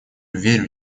верю